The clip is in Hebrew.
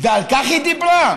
ועל כך היא דיברה?